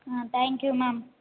ah thank you ma'am